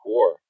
War